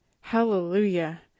Hallelujah